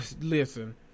listen